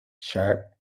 sharp